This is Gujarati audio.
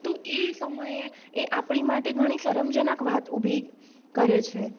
તો એ સમયે એ આપણી માટે ઘણી શરમજનક વાત ઉભી કરે છે